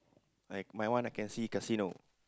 I my one I can see casino